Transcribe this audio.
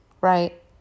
right